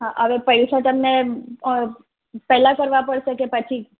હા હવે પૈસા તમને પેલા કરવા પડશે કે પછી